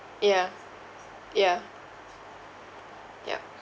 yeah yeah yup